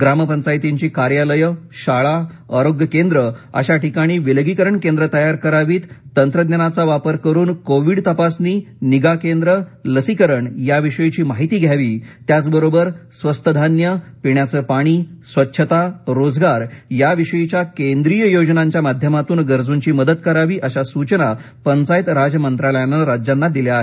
ग्रामपंचायतींची कार्यालयं शाळा आरोग्य केंद्र अशा ठिकाणी विलगीकरण केंद्र तयार करावीत तंत्रज्ञानाचा वापर करून कोविड तपासणी निगा केंद्र लसीकरण या विषयीची माहिती घ्यावी त्याचबरोबर स्वस्त धान्य पिण्याचं पाणी स्वच्छता रोजगार या विषयीच्या केंद्रीय योजनाच्या माध्यमातून गरजूंची मदत करावी अशा सूचना पंचायत राज मंत्रालयानं राज्यांना दिल्या आहेत